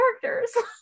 characters